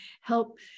help